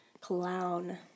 Clown